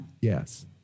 Yes